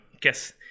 guess